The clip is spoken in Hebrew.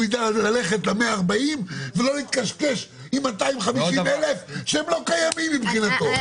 הוא יידע ללכת על ה-140 ולא נתקשקש עם 250,000 שהם לא קיימים מבחינתו.